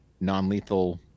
non-lethal